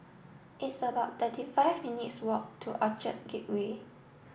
it's about thirty five minutes' walk to Orchard Gateway